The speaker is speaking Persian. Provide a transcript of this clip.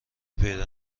پیدا